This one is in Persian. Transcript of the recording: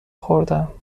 خوردم